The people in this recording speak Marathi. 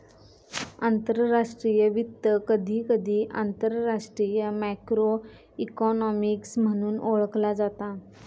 आंतरराष्ट्रीय वित्त, कधीकधी आंतरराष्ट्रीय मॅक्रो इकॉनॉमिक्स म्हणून ओळखला जाता